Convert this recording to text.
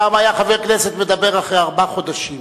פעם היה חבר כנסת מדבר אחרי ארבעה חודשים.